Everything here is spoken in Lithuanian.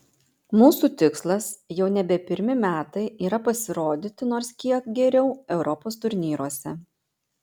mūsų tikslas jau nebe pirmi metai yra pasirodyti nors kiek geriau europos turnyruose